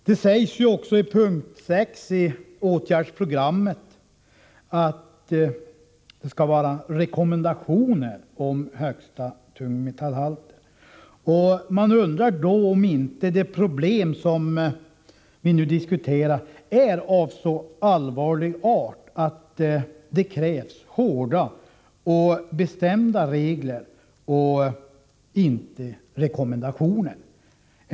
Det sägs också i punkt 6 i åtgärdsprogrammet att det skall vara rekommendationer om högsta tungmetallhalter. Man undrar då om inte det problem som vi nu diskuterar är av så allvarlig art att det krävs hårda och bestämda regler och inte bara rekommendationer.